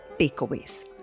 takeaways